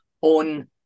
on